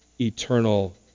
eternal